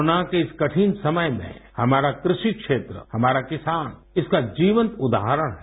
corona के इस कठिन समय में हमारा कृषि क्षेत्र हमारा किसान इसका जीवंत उदाहरण हैं